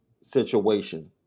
situation